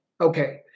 Okay